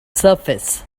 surface